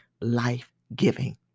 life-giving